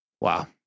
Wow